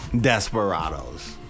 Desperados